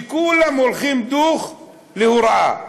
שכולם הולכים "דוך" להוראה?